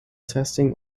testing